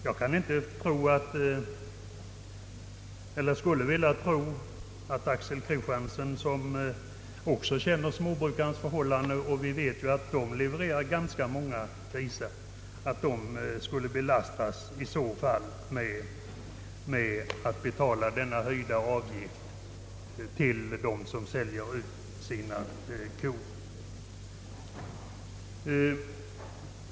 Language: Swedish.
Jag skulle knappast kunna tro att herr Axel Kristiansson, som också känner till småbrukarnas förhållanden och vet att dessa levererar ganska många grisar, Önskar att de skulle belastas med att betala denna höjda avgift till dem som säljer ut sina kor.